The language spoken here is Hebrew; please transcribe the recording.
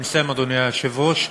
אני מסיים, אדוני היושב-ראש.